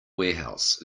warehouse